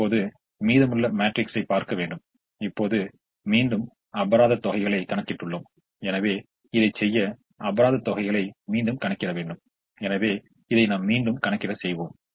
இப்போது மீதமுள்ள மேட்ரிக்ஸைப் பார்க்க வேண்டும் இப்போது மீண்டும் அபராத தொகைகளை கணக்கிட்டுள்ளோம் எனவே இதைச் செய்ய அபராத தொகைகளை மீண்டும் கணக்கிட வேண்டும் எனவே இதை நாம் மீண்டும் கணக்கீடு செய்வோம்